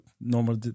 normal